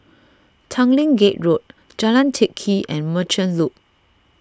Tanglin Gate Road Jalan Teck Kee and Merchant Loop